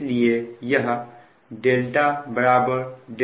इसलिए यह δ δ1 है